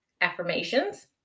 affirmations